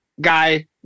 guy